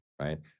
right